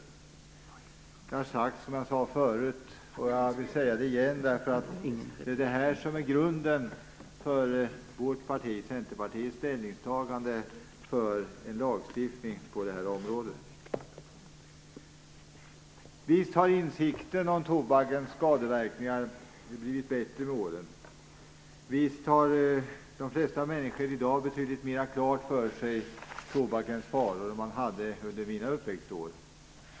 Det har, som jag sade, sagts förut, och jag vill säga det igen, därför att det är det som är grunden för Centerpartiets ställningstagande för en lagstiftning på det här området. Visst har insikten om tobakens skadeverkningar blivit bättre med åren. Visst har de flesta människor i dag betydligt mer klart för sig tobakens faror än man hade under mina uppväxtår.